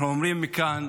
אנחנו אומרים מכאן,